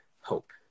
hope